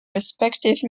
respective